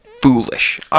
Foolish